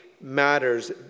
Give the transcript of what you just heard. matters